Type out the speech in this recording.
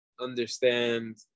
understand